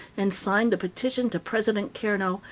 and signed the petition to president carnot,